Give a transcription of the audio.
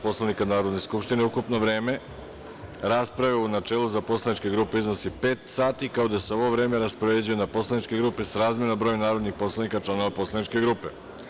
Poslovnika Narodne skupštine, ukupno vreme rasprave u načelu za poslaničke grupe iznosi pet časova kao i da se ovo vreme raspoređuje na poslaničke grupe srazmerno broju narodnih poslanika članova poslaničke grupe.